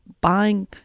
buying